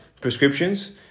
prescriptions